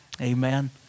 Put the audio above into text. Amen